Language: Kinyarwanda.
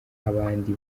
abandi